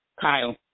Kyle